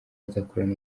azakorana